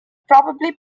probably